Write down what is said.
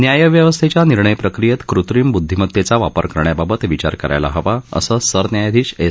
न्यायव्यवस्थेच्या निर्णयप्रक्रियेत कृत्रिम बुद्धिमतेचा वापर करण्याबाबत विचार करायला हवा असं सरन्यायाधीश एस